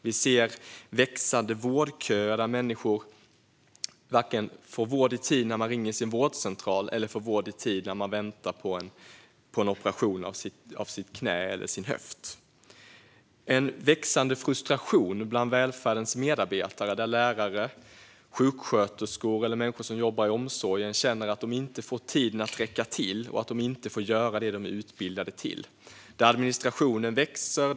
Vi ser växande vårdköer där människor varken får vård i tid när de ringer sin vårdcentral eller får vård i tid när de väntar på en operation av knät eller höften. Det är en växande frustration bland välfärdens medarbetare. Lärare, sjuksköterskor och människor som jobbar i omsorgen känner att de inte får tiden att räcka till och att de inte får göra det de är utbildade till. Administrationen växer.